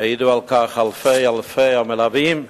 יעידו על כך אלפי אלפי המלווים,